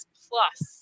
plus